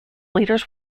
leaders